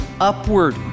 upward